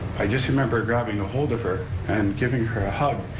i just remember grabbing ahold of her and giving her a hug